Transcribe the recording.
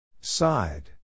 Side